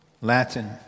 Latin